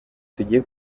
tugiye